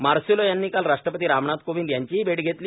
Marcelo यांनी काल राष्ट्रपती रामनाथ कोविंद यांचीही भेट घेतली